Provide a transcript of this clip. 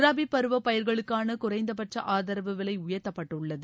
ரபி பருவ பயிர்களுக்கான குறைந்தபட்ச ஆதரவு விலை உயர்த்தப்பட்டுள்ளது